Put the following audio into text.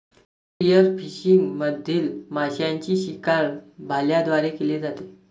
spearfishing मधील माशांची शिकार भाल्यांद्वारे केली जाते